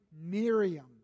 Miriam